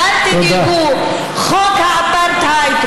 אל תדאגו: חוק האפרטהייד,